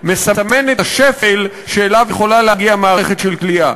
הוא מסמן את השפל שאליו יכולה להגיע מערכת של כליאה.